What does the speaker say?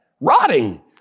rotting